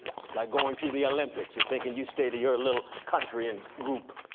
and but like going to the olympics and thinking you'll stay to your little country and group.